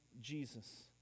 jesus